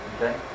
Okay